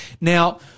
Now